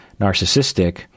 narcissistic